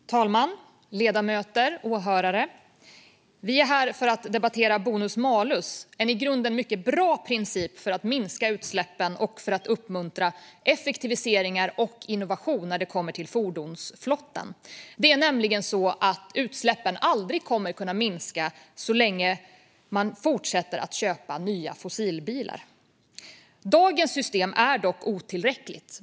Fru talman, ledamöter och åhörare! Vi är här för att debattera bonus malus, en i grunden mycket bra princip för att minska utsläppen och uppmuntra effektiviseringar och innovation när det gäller fordonsflottan. Utsläppen kommer nämligen aldrig att kunna minska så länge man fortsätter att köpa nya fossilbilar. Dagens system är dock otillräckligt.